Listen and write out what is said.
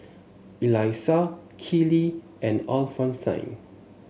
Elisa Keely and Alphonsine